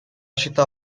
città